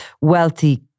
wealthy